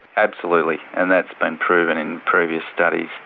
absolutely, and that's been proven in previous studies,